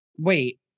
Wait